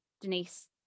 Denise